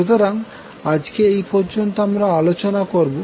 সুতরাং আজকে এই পর্যন্ত আমরা আলোচনা করবো